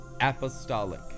apostolic